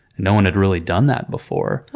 no one had really done that before.